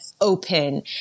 open